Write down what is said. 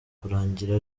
kurangira